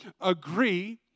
agree